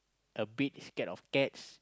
a bit scared of cats